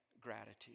gratitude